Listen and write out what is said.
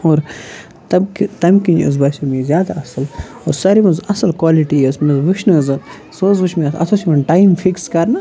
اور تَمہِ کِنۍ حظ باسیو مےٚ یہِ زیادٕ اَصٕل اور ساری منٛز یۄس اَصٕل کالِٹی یۄس مےٚ وٕچھ نہ حظ اَتھ سُہ حظ وٕچھ مےٚ اَتھ حظ چھُ یِوان ٹایِم فِکٕس کَرنہٕ